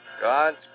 God's